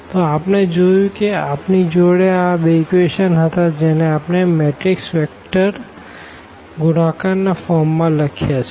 તો આપણે જોયું કે આપણી જોડે આ બે ઇક્વેશનો હતા જેને આપણે મેટ્રીક્સ વેક્ટર ગુણાકાર ના ફોર્મ માં પણ લખ્યા છે